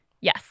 Yes